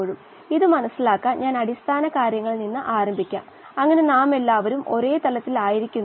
21 ശതമാനം ഓക്സിജൻ മാത്രം അടങ്ങിയ വായു ആയിരുന്നപ്പോൾ 8 പിപിഎം ആയിരുന്നു